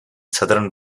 southern